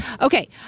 okay